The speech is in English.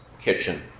kitchen